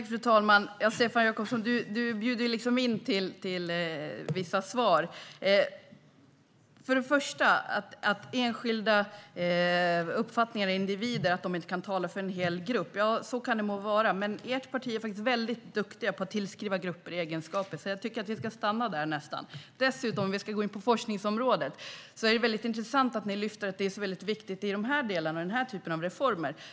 Fru talman! Stefan Jakobsson bjuder liksom in till vissa svar. För det första kan det visst vara så att enskilda uppfattningar och individer inte kan tala för en hel grupp, men ni i ert parti är faktiskt väldigt duktiga på att tillskriva grupper egenskaper, och därför tycker jag nästan att vi ska stanna där. Om vi för det andra ska gå in på forskningsområdet är det väldigt intressant att ni lyfter upp att det är så väldigt viktigt när det gäller den här typen av reformer.